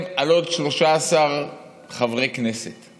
כן, שעת חירום היא לאזרחי מדינת ישראל.